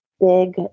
big